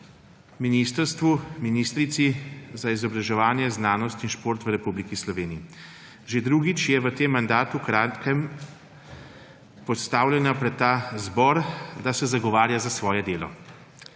ministrstvu, ministrici za izobraževanje, znanost in šport v Republiki Sloveniji. Že drugič je v tem mandatu, kratkem, postavljena pred ta zbor, da se zagovarja za svoje delo,